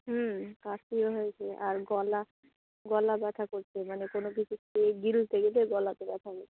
হুম কাশিও হয়েছে আর গলা গলা ব্যথা করছে মানে কোনো কিছু খেয়ে গিলতে গেলে গলাতে ব্যথা করছে